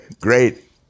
Great